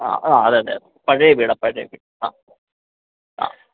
അഹ് അഹ് അത് തന്നെ പഴയ വീടാണ് പഴയ വീട് അഹ് അഹ്